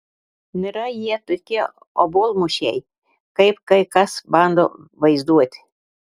nėra jie tokie obuolmušiai kaip kai kas bando vaizduoti